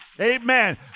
Amen